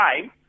time